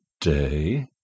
day